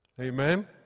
Amen